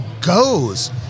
goes